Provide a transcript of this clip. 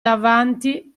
davanti